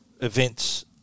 events